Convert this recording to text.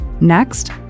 Next